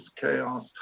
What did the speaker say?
chaos